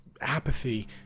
apathy